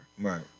Right